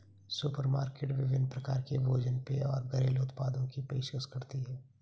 supermarket विभिन्न प्रकार के भोजन पेय और घरेलू उत्पादों की पेशकश करती है